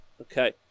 okay